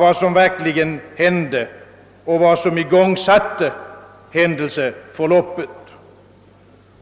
vad som verkligen hände och vad som igångsatte händelseförloppet.